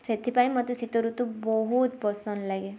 ସେଥିପାଇଁ ମୋତେ ଶୀତଋତୁ ବହୁତ ପସନ୍ଦ ଲାଗେ